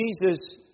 Jesus